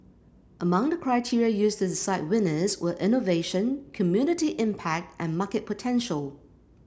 among the criteria used to decide winners were innovation community impact and market potential